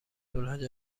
صلح